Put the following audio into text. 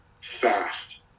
Fast